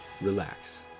relax